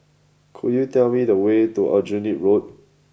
could you tell me the way to Aljunied Road